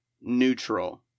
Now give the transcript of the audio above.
neutral